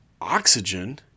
oxygen